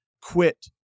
Quit